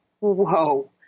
whoa